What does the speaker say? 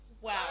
Wow